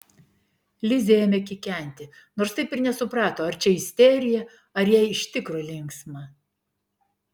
lizė ėmė kikenti nors taip ir nesuprato ar čia isterija ar jai iš tikro linksma